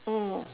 mm